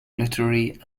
literary